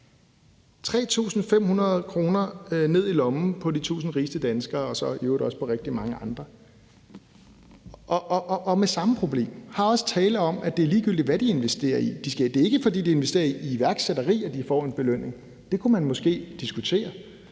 ryger ned i lommen på de 1.000 rigeste danskere – og så i øvrigt også på rigtig mange andre – handler om det samme problem. Her er der også tale om, at det er ligegyldigt, hvad de investerer i. Det er ikke, fordi de investerer i iværksætteri, at de får en belønning. Det kunne man måske diskutere.